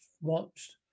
Watched